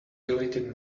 related